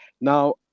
Now